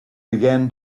began